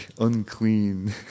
unclean